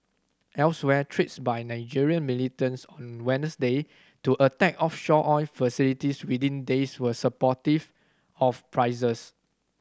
elsewhere threats by Nigerian militants on Wednesday to attack offshore oil facilities within days were supportive of prices